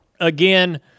Again